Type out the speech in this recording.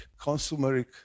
consumeric